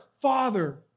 Father